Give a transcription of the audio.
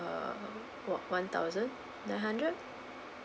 uh what one thousand nine hundred